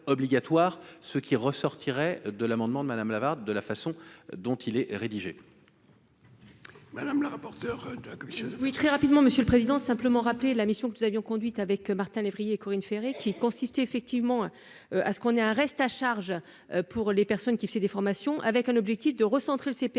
ceux qui ressortiraient de l'amendement de Madame Lavarde, de la façon dont il est rédigé. Madame la rapporteure de la commission. Oui, très rapidement, Monsieur le Président, simplement rappeler la mission que nous avions conduit avec Martin lévrier Corinne Ferré, qui consiste effectivement à ce qu'on ait un reste à charge pour les personnes qui faisaient des formations avec un objectif de recentrer le CPF